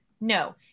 No